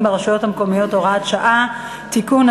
ברשויות המקומיות (הוראת שעה) (תיקון),